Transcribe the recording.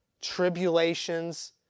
tribulations